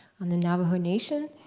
on the navajo nation.